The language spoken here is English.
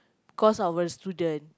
cause our student